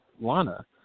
Lana